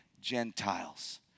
Gentiles